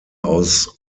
aus